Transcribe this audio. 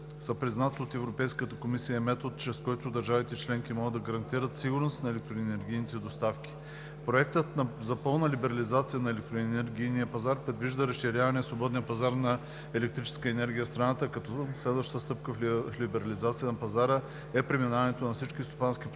признат от Европейската комисия метод, чрез който държавите членки могат да гарантират сигурност на електроенергийните доставки. Проектът за пълна либерализация на електроенергийния пазар предвижда разширяване на свободния пазар на електрическа енергия в страната, като следващата стъпка в либерализацията на пазара е преминаването на всички стопански потребители